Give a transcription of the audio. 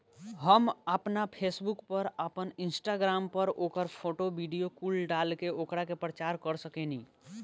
हम आपना फेसबुक पर, आपन इंस्टाग्राम पर ओकर फोटो, वीडीओ कुल डाल के ओकरा के प्रचार कर सकेनी